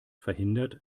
verhindert